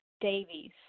Davies